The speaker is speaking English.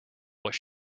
what